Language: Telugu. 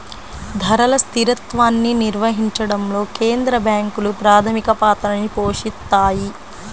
ధరల స్థిరత్వాన్ని నిర్వహించడంలో కేంద్ర బ్యాంకులు ప్రాథమిక పాత్రని పోషిత్తాయి